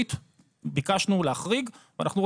ביקשנו להחריג את המקומות בהם ניתנת